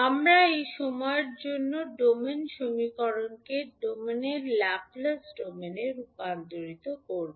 আমরা এই সময়ের জন্য ডোমেন সমীকরণকে ডোমেনের ল্যাপ্লেস ডোমেনে রূপান্তর করব